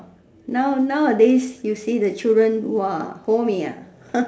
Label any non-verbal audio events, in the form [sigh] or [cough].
now nowadays you see the children !wah! Ho Mia [noise]